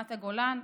רמת הגולן,